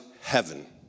heaven